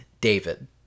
David